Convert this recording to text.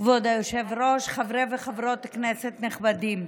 כבוד היושב-ראש, חברות וחברי כנסת נכבדים,